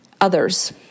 others